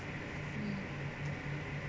mm